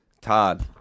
todd